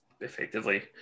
effectively